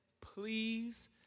Please